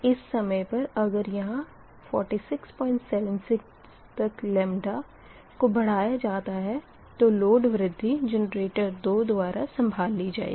इस समय पर अगर यहाँ 4676 तक को बढ़ाया जाता है तो लोड वृद्धि जेनरेटर 2 द्वारा संभाल ली जाएगी